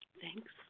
Thanks